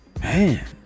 man